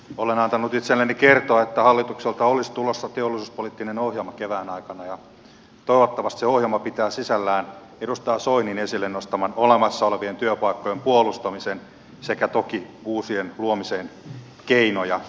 olen antanut itselleni kertoa että hallitukselta olisi tulossa teollisuuspoliittinen ohjelma kevään aikana ja toivottavasti se ohjelma pitää sisällään edustaja soinin esille nostaman olemassa olevien työpaikkojen puolustamisen sekä toki uusien työpaikkojen luomisen keinoja